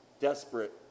desperate